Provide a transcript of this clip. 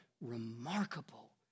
remarkable